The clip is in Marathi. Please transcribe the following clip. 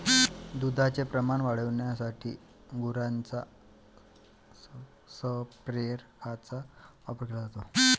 दुधाचे प्रमाण वाढविण्यासाठी गुरांच्या संप्रेरकांचा वापर केला जातो